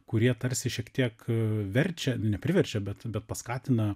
kurie tarsi šiek tiek verčia ne priverčia bet bet paskatina